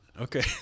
Okay